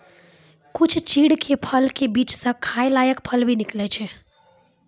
कुछ चीड़ के फल के बीच स खाय लायक फल भी निकलै छै